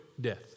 death